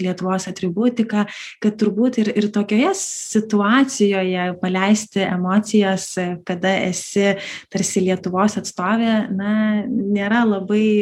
lietuvos atributika kad turbūt ir ir tokioje situacijoje paleisti emocijas kada esi tarsi lietuvos atstovė na nėra labai